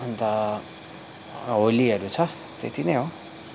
अन्त होलीहरू छ त्यति नै हो